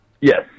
Yes